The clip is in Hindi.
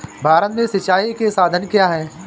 भारत में सिंचाई के साधन क्या है?